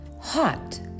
Hot